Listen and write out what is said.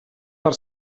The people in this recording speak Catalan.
per